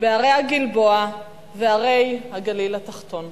בהרי הגלבוע והרי הגליל התחתון.